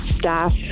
Staff